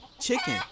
chicken